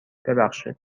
ببخشید